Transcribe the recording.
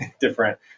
different